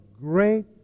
great